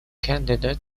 candidate